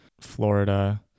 Florida